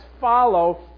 follow